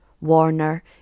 warner